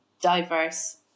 diverse